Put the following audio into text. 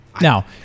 Now